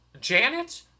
Janet